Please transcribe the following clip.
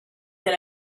that